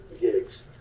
gigs